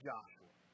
Joshua